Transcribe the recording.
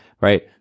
right